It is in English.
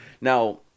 Now